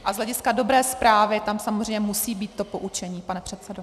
A z hlediska dobré správy tam samozřejmě musí být to poučení, pane předsedo.